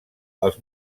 els